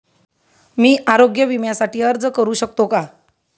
मी आरोग्य विम्यासाठी अर्ज करू शकतो का?